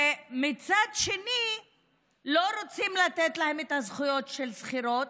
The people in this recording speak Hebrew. ומצד שני לא רוצים לתת להן את הזכויות של שכירות